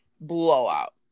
blowout